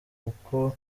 kuko